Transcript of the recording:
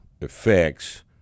effects